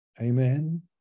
Amen